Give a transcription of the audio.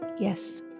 Yes